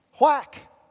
Whack